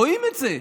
רואים את זה.